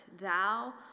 Thou